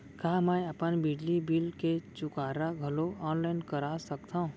का मैं अपन बिजली बिल के चुकारा घलो ऑनलाइन करा सकथव?